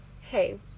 Hey